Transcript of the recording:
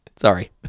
Sorry